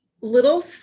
little